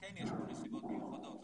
שכן יש נסיבות מיוחדות.